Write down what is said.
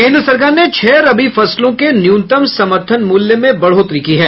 केन्द्र सरकार ने छह रबी फसलों के न्यूनतम समर्थन मूल्य में बढ़ोतरी की है